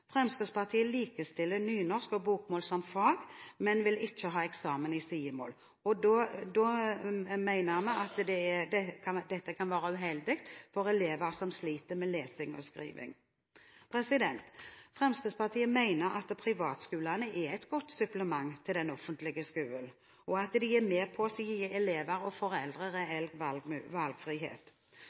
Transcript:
Fremskrittspartiet likestiller nynorsk og bokmål som fag, men vil ikke ha eksamen i sidemål. Vi mener det kan være uheldig for elever som sliter med lesing og skriving. Fremskrittspartiet mener at privatskolene er et godt supplement til den offentlige skolen, og at de er med på å gi elever og foreldre reell valgfrihet.